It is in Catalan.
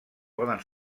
poden